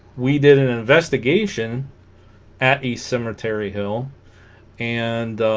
we did an investigation at east cemetery hill and